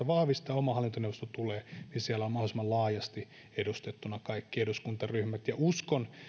vahvistaa ja oma hallintoneuvosto tulee niin siellä on mahdollisimman laajasti edustettuina kaikki eduskuntaryhmät ja uskon